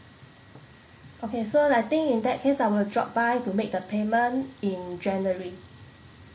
okay so I think in that case I will drop by to make the payment in january